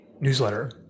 newsletter